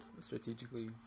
strategically